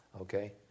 Okay